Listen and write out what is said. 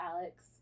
Alex